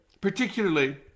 particularly